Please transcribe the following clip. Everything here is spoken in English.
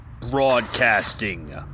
Broadcasting